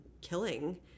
killing